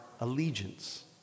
allegiance